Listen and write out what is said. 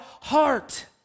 heart